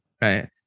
right